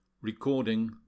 Recording